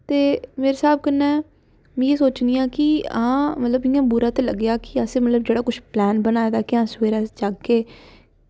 ते मेरे स्हाब कन्नै ते में इं'या सोचनी आं कि बूरा लग्गेआ की असें जेह्ड़ा किश मतलब की प्लान बनाये दा कि फिर अस जाह्गे